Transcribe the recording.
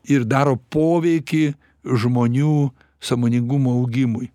ir daro poveikį žmonių sąmoningumo augimui